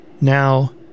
Now